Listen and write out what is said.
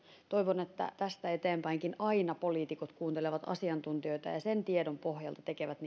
toivon että tästä eteenpäinkin poliitikot aina kuuntelevat asiantuntijoita ja ja sen tiedon pohjalta tekevät